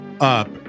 up